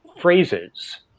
phrases